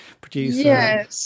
producer